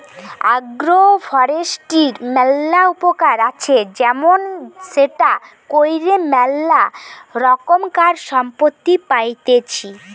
agro ফরেষ্ট্রীর ম্যালা উপকার আছে যেমন সেটা কইরে ম্যালা রোকমকার সম্পদ পাইতেছি